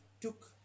took